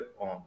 on